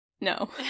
no